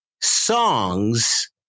songs